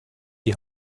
die